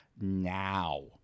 now